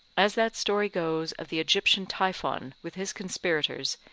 as that story goes of the egyptian typhon with his conspirators,